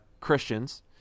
Christians